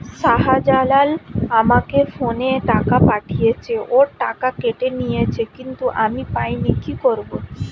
শাহ্জালাল আমাকে ফোনে টাকা পাঠিয়েছে, ওর টাকা কেটে নিয়েছে কিন্তু আমি পাইনি, কি করব?